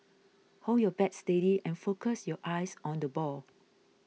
hold your bat steady and focus your eyes on the ball